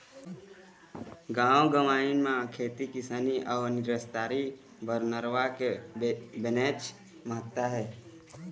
गाँव गंवई म खेती किसानी अउ निस्तारी बर नरूवा के बनेच महत्ता हे